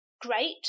great